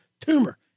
tumor